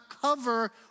cover